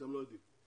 אתם לא יודעים על כך.